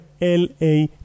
LA